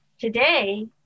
Today